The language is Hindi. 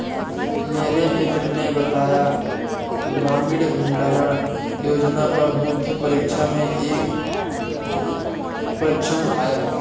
मेरे मित्र ने बताया ग्रामीण भंडारण योजना पर मुख्य परीक्षा में एक प्रश्न आया